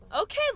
Okay